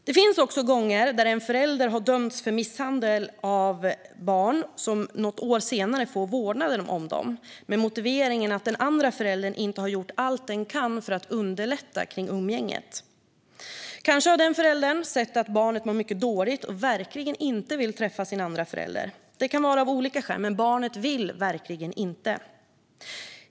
Det finns också gånger då en förälder som har dömts för misshandel av barn något år senare får vårdnaden om dem med motiveringen att den andra föräldern inte har gjort allt den kan för att underlätta kring umgänget. Kanske har den föräldern sett att barnen mår mycket dåligt och verkligen inte vill träffa sin andra förälder. Det kan vara av olika skäl, men barnet vill verkligen inte.